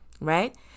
Right